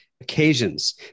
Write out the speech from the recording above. occasions